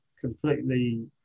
completely